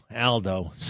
Aldo